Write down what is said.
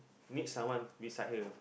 need someone beside her